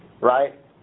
right